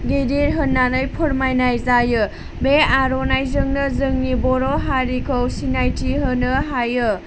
गिदिर होननानै फोरमायनाय जायो बे आर'नाइजोंनो जोंनि बर' हारिखौ सिनायथि होनो हायो